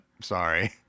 Sorry